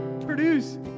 produce